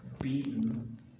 beaten